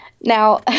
Now